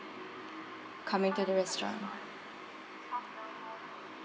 coming to the restaurant